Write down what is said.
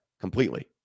completely